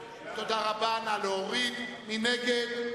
מי נגד?